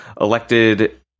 elected